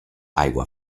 aigua